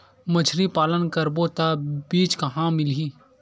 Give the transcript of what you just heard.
मछरी पालन करबो त बीज कहां मिलही?